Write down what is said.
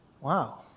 Wow